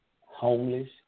homeless